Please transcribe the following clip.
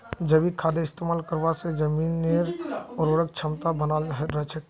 जैविक खादेर इस्तमाल करवा से जमीनेर उर्वरक क्षमता बनाल रह छेक